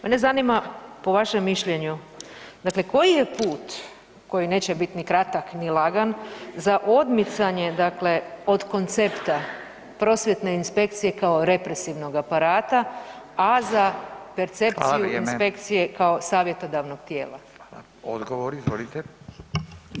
Mene zanima po vašem mišljenju dakle, koji je put koji neće biti ni kratak ni lagan za odmicanje dakle od koncepta prosvjetne inspekcije kao represivnog aparata, a za percepciju inspekcije kao savjetodavnog tijela.